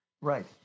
Right